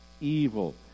evil